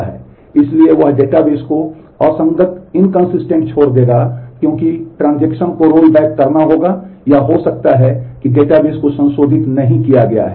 इसलिए वह डेटाबेस को असंगत किया है